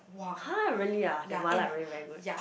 !huh! really ah that mala very very good